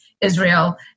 Israel